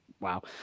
wow